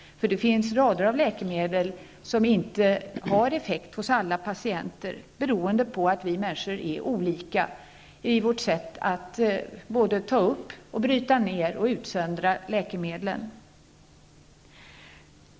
Det finns ju rader av läkemedel som inte har effekt på alla människor, beroende på att vi människor är olika i vårt sätt att ta upp, bryta ner och utsöndra läkemedel.